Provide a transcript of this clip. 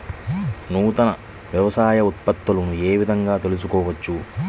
నూతన వ్యవసాయ ఉత్పత్తులను ఏ విధంగా తెలుసుకోవచ్చు?